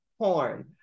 porn